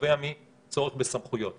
נובע מצורך בסמכויות.